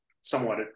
somewhat